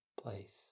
Place